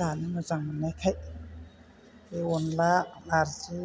जानो मोजां मोन्नायखाय बे अनला नार्जि